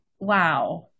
Wow